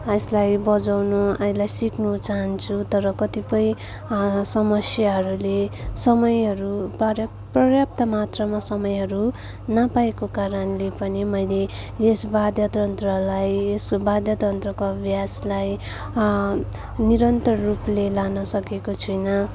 यसलाई बजाउनु यसलाई सिक्नु चाहन्छु तर कतिपय समस्याहरूले समयहरू पार पर्याप्त मात्रामा समयहरू नपाएको कारणले पनि मैले यस वाद्य तन्त्रलाई यस वाद्य तन्त्रको अभ्यासलाई निरन्तर रूपले लान सकेको छुइनँ